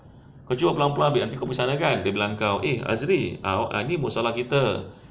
kau cuba pelan-pelan nanti kau pergi sana kan dia bilang kau eh azri ah ni musollah kita